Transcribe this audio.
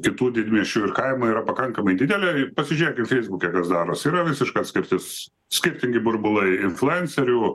kitų didmiesčių ir kaimo yra pakankamai didelė pasižiūrėk feisbuke kas darosi yra visiška atskirtis skirtingi burbulai influencerių